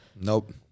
nope